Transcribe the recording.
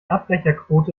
abbrecherquote